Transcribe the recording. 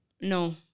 No